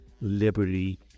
liberty